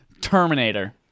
Terminator